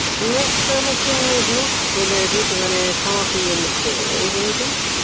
miss summerson is not related to any party in the cause, i think?